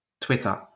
Twitter